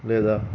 లేదా